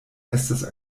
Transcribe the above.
estas